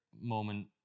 moment